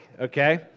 okay